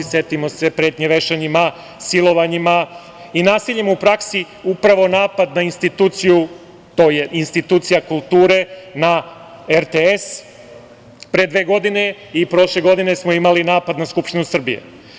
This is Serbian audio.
Setimo se pretnje vešanjima, silovanjima i nasiljima u praksi upravo napad na instituciju, to je institucija kulture na RTS, pre dve godina i prošle godine smo imali napad na Skupštinu Srbije.